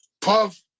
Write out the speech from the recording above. Puff